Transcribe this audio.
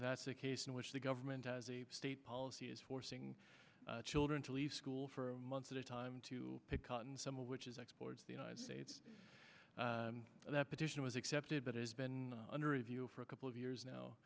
that's a case in which the government as a state policy is forcing children to leave school for months at a time to pick cotton some of which is exports the united states that petition was accepted but it has been under review for a couple of years now